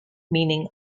meaning